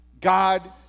God